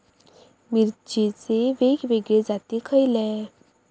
मिरचीचे वेगवेगळे जाती खयले?